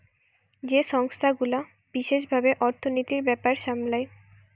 যেই সংস্থা গুলা বিশেষ ভাবে অর্থনীতির ব্যাপার সামলায়